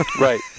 Right